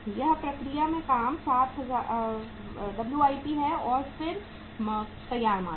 यह प्रक्रिया में काम WIP है और फिर तैयार माल है